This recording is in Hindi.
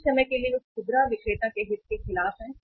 कुछ समय के लिए वे खुदरा विक्रेता के हित के खिलाफ हैं